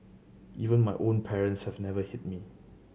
even my own parents have never hit me